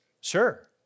Sure